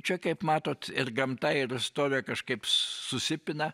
čia kaip matot ir gamta ir istorija kažkaip susipina